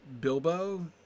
Bilbo